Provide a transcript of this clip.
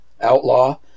outlaw